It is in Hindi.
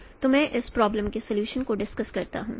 तो मैं इस प्रॉब्लम के सॉल्यूशन को डिस्कस करता हूं